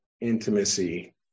intimacy